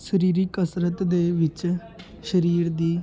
ਸਰੀਰਿਕ ਕਸਰਤ ਦੇ ਵਿੱਚ ਸਰੀਰ ਦੀ